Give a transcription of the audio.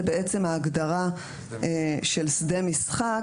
זה ההגדרה של שדה משחק,